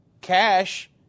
Cash